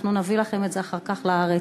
אנחנו נביא לכם את זה אחר כך לארץ.